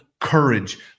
courage